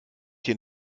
den